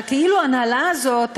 שהכאילו-הנהלה הזאת,